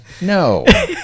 No